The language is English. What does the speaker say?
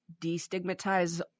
destigmatize